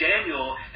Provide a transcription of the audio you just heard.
Daniel